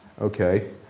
okay